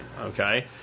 okay